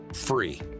free